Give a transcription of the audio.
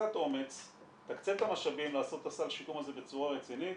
בקצת אומץ תקצה את המשאבים לעשות את הסל שיקום הזה בצורה רצינית